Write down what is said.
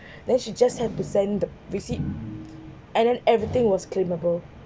then she just had to send the receipt and then everything was claimable